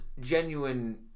genuine